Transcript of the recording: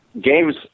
game's